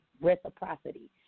reciprocity